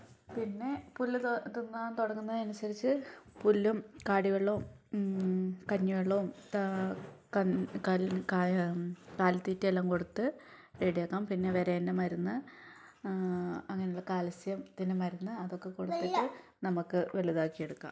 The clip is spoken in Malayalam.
പിന്നെ പുല്ല് തിന്നാൻ തുടങ്ങുന്നതനുസരിച്ച് പുല്ലും കാടിവെള്ളവും കഞ്ഞിവെള്ളവും കാലിത്തീറ്റയെല്ലാം കൊടുത്ത് റെഡിയാക്കാം പിന്നെ വിരേൻ്റെ മരുന്ന് അങ്ങനെ കാൽസ്യത്തിന് മരുന്ന് അതൊക്കെ കൊടുത്തിട്ട് നമുക്ക് വലുതാക്കിയെടുക്കാം